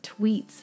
tweets